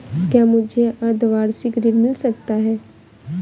क्या मुझे अर्धवार्षिक ऋण मिल सकता है?